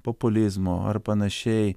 populizmo ar panašiai